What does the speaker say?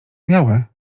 białe